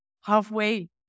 halfway